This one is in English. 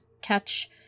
Catch